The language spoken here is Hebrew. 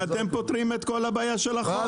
ואתם פותרים את כל הבעיה של החוק.